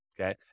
okay